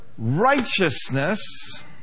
Righteousness